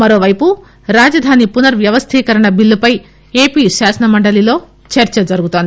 మరోపైపు రాజధాని పునర్ వ్యవస్టీకరణ బిల్లుపై ఏపీ శాసనమండలిలో చర్స జరుగుతోంది